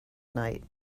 night